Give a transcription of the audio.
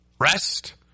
Rest